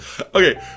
Okay